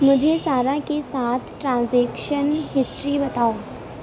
مجھے سارہ کے ساتھ ٹرانزیکشن ہسٹری بتاؤ